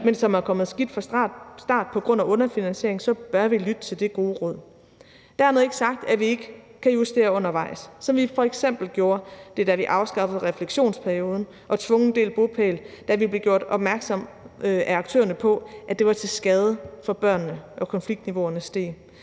men som er kommet skidt fra start på grund af underfinansiering, så bør vi lytte til det gode råd. Dermed er ikke sagt, at vi ikke kan justere undervejs, som vi f.eks. gjorde det, da vi afskaffede refleksionsperioden og tvungen delt bopæl, da vi af aktørerne blev gjort opmærksom på, at det var til skade for børnene, når konfliktniveauerne steg.